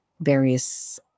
various